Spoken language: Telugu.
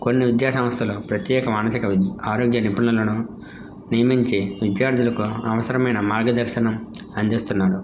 కొన్ని విద్యాసంస్థలు ప్రత్యేక మానసిక వి ఆరోగ్య నిపుణులను నియమించే విద్యార్థులకు అవసరమైన మార్గదర్శకత్వం అందిస్తున్నారు